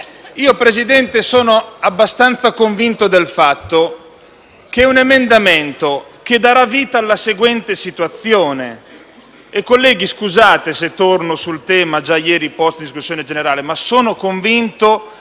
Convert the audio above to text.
Presidente, sono abbastanza convinto del fatto che è un emendamento che darà vita alla seguente situazione. Colleghi, scusate se torno sul tema già ieri posto in discussione generale, ma sono convinto